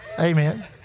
Amen